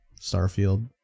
Starfield